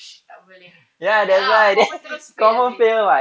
tak boleh ya confirm terus fail seh